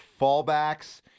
fallbacks